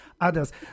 others